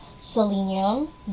Selenium